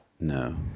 No